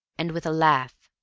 and, with a laugh,